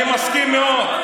אני מסכים מאוד.